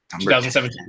2017